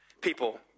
people